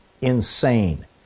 insane